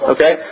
Okay